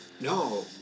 No